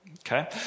Okay